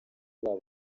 babo